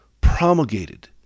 promulgated